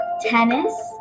tennis